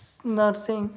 nursing